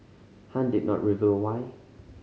Han did not reveal why